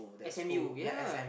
s_m_u ya